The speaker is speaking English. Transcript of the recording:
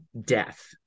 death